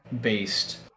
based